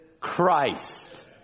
Christ